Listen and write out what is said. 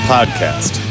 Podcast